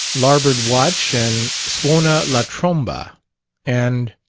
larboard watch and suona la tromba and?